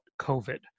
COVID